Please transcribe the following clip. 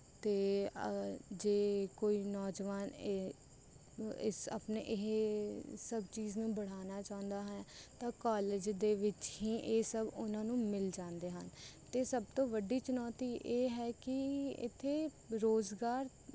ਅਤੇ ਜੇ ਕੋਈ ਨੌਜਵਾਨ ਹੈ ਇਸ ਆਪਣੇ ਇਹ ਸਭ ਚੀਜ਼ ਨੂੰ ਬਣਾਉਣਾ ਚਾਹੁੰਦਾ ਹੈ ਤਾਂ ਕੌਲਜ ਦੇ ਵਿੱਚ ਹੀ ਇਹ ਸਭ ਉਹਨਾਂ ਨੂੰ ਮਿਲ ਜਾਂਦੇ ਹਨ ਅਤੇ ਸਭ ਤੋਂ ਵੱਡੀ ਚੁਣੌਤੀ ਇਹ ਹੈ ਕਿ ਇੱਥੇ ਰੋਜ਼ਗਾਰ